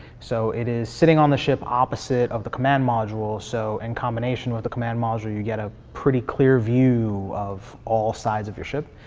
so it is sitting on the ship, opposite of the command module so and in combination with the command module you get a pretty clear view of all sides of your ship.